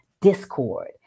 Discord